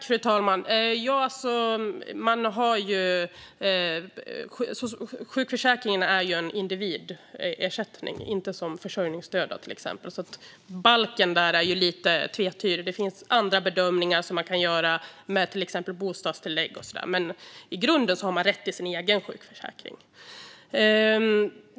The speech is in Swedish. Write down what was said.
Fru talman! Sjukförsäkringen är en individersättning, inte som försörjningsstöd till exempel. Balken är lite tvetydig där. Det finns andra bedömningar man kan göra när det gäller till exempel bostadstillägg och sådant, men i grunden har man rätt till sin egen sjukförsäkring.